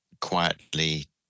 quietly